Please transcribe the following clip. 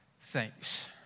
thanks